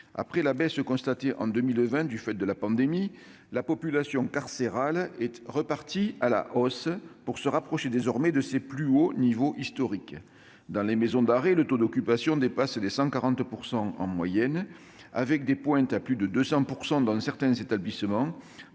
Après la baisse constatée en 2020, du fait de la pandémie, la population carcérale est repartie à la hausse, pour se rapprocher désormais de ses plus hauts niveaux historiques. Dans les maisons d'arrêt, le taux d'occupation dépasse 140 % en moyenne, avec des pointes à plus de 200 % dans certains établissements,